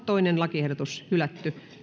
toinen lakiehdotus hylätään